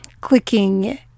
clicking